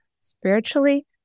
spiritually